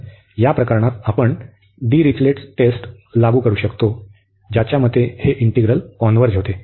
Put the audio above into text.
तर या प्रकरणात आपण आता डिरिचलेट टेस्ट लागू करू शकतो ज्याच्या मते हे इंटिग्रल कॉन्व्हर्ज होते